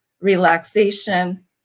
relaxation